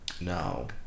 No